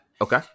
Okay